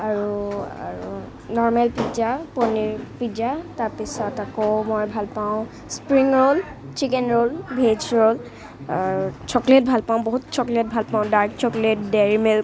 আৰু আৰু normal pizza paneer pizza তাৰপিছত আকৌ মই ভালপাওঁ spring roll chicken roll veg roll chocolate ভালপাওঁ বহুত চকলেট ভালপাওঁ ড্ৰাক চকলেট ডেইৰী মিল্ক